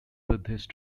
buddhist